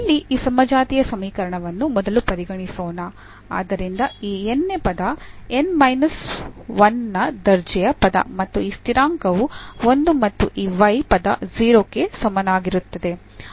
ಇಲ್ಲಿ ಈ ಸಮಜಾತೀಯ ಸಮೀಕರಣವನ್ನು ಮೊದಲು ಪರಿಗಣಿಸೋಣ ಆದ್ದರಿಂದ ಈ n ನೇ ಪದ n ಮೈನಸ್ 1 ನೇ ದರ್ಜೆಯ ಪದ ಮತ್ತು ಈ ಸ್ಥಿರಾಂಕವು ಒಂದು ಮತ್ತು ಈ y ಪದ 0 ಕ್ಕೆ ಸಮನಾಗಿರುತ್ತದೆ